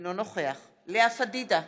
אינו נוכח לאה פדידה,